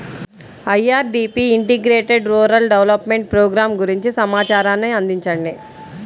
IRDP integrated rural development program గురించి సమాచారాన్ని అందించండి?